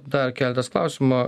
dar keletas klausimą